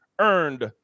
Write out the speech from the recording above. earned